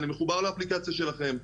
אני מחובר לאפליקציה שלכם,